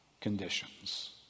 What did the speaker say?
conditions